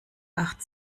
acht